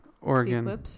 oregon